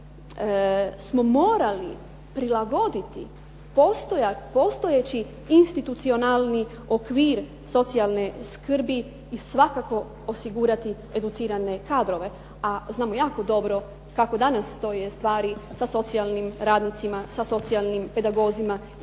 smo morali prilagoditi postojeći institucionalni okvir socijalne skrbi i svakako osigurati educirane kadrove, a znamo jako dobro kako danas stoje stvari sa socijalnim radnicima, sa socijalnim pedagozima i